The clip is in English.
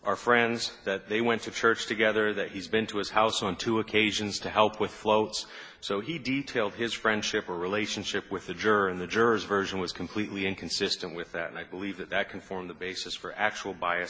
are friends that they went to church together that he's been to his house on two occasions to help with floats so he detailed his friendship or relationship with the juror and the jurors version was completely inconsistent with that and i believe that that can form the basis for actual bias